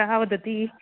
कः वदति